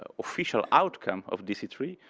ah official outcome of d c three,